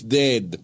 dead